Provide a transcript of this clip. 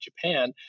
Japan